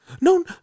No